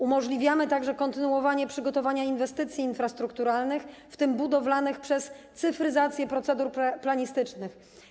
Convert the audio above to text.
Umożliwiamy też kontynuowanie przygotowania inwestycji infrastrukturalnych, w tym budowlanych, przez cyfryzację procedur planistycznych.